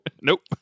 Nope